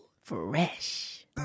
fresh